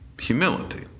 humility